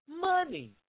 money